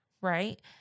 right